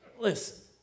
listen